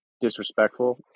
disrespectful